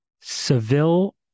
Seville